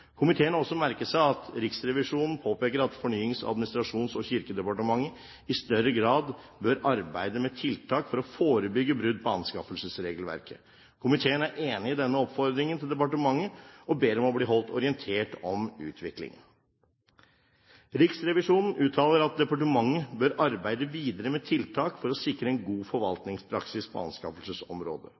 Komiteen har også merket seg at Riksrevisjonen påpeker at Fornyings-, administrasjons- og kirkedepartementet i større grad bør arbeide med tiltak for å forebygge brudd på anskaffelsesregelverket. Komiteen er enig i denne oppfordringen til departementet, og ber om å bli holdt orientert om utvikingen. Riksrevisjonen uttaler at departementet bør arbeide videre med tiltak for å sikre en god forvaltningspraksis på anskaffelsesområdet.